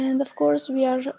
and of course we are